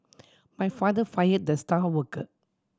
my father fired the star worker